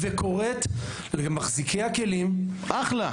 שנייה, סליחה.